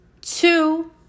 Two